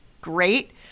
great